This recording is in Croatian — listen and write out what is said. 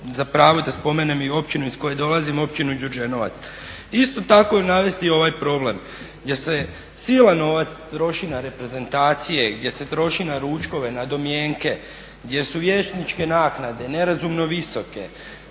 za pravo da spomenem i općinu iz koje dolazim, Općinu Đurđenovac. Isto tako mogu navesti ovaj problem gdje se silan novac troši na reprezentacije, gdje se troši na ručkove, na domjenke, gdje su vijećničke naknade nerazumno visoke,